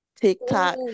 TikTok